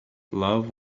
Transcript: love